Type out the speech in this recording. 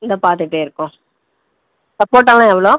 இதோ பார்த்துக்கிட்டே இருக்கோம் சப்போட்டாலாம் எவ்வளோ